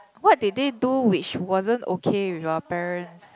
what did they do which wasn't okay with your parents